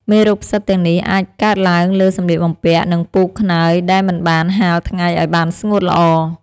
មេរោគផ្សិតទាំងនេះអាចកើតឡើងលើសម្លៀកបំពាក់ និងពូក ខ្នើយ ដែលមិនបានហាលថ្ងៃឱ្យបានស្ងួតល្អ។